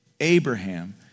Abraham